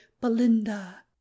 Belinda